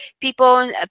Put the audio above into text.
People